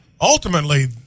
ultimately